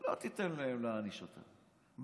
לא תיתן להם להעניש אותם.